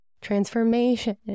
transformation